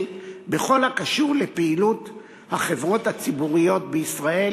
בכל הקשור לפעילות החברות הציבוריות בישראל.